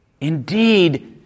indeed